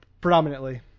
predominantly